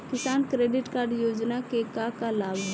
किसान credit card योजना के का का लाभ ह?